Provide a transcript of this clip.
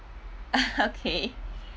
okay